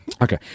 Okay